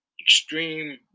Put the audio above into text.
extreme